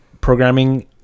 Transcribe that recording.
programming